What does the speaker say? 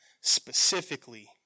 specifically